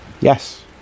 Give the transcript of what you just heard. Yes